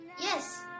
Yes